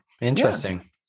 Interesting